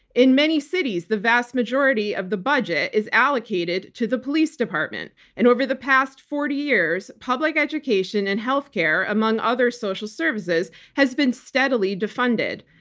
in many cities, the vast majority of the budget is allocated to the police department, and over the past forty years, public education and healthcare among other social services have been steadily defunded.